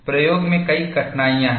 प्रयोग में क्या कठिनाई है